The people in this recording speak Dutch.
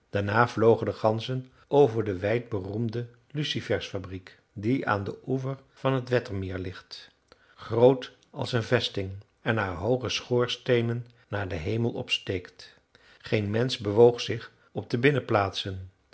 daarna vlogen de ganzen over de wijdberoemde lucifersfabriek die aan den oever van het wettermeer ligt groot als een vesting en haar hooge schoorsteenen naar den hemel opsteekt geen mensch bewoog zich op de